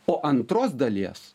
o antros dalies